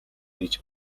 хийж